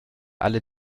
alle